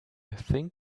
think